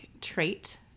trait